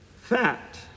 Fact